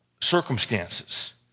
circumstances